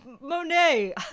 Monet